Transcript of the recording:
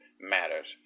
matters